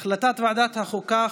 החלטת ועדת החוקה,